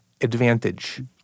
advantage